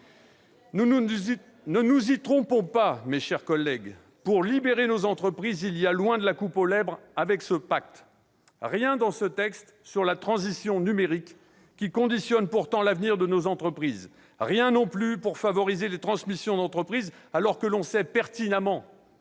ne nous y trompons pas : pour libérer nos entreprises, il y a loin de la coupe aux lèvres avec ce « PACTE ». Rien dans ce texte sur la transition numérique, qui conditionne pourtant l'avenir de nos entreprises. Rien non plus pour favoriser les transmissions d'entreprise, alors que l'on sait pertinemment